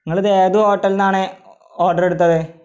നിങ്ങളിത് ഏത് ഹോട്ടലിൽ നിന്നാണ് ഓഡർ എടുത്തത്